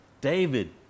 David